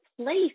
place